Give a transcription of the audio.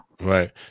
right